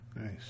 Nice